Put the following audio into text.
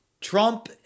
Trump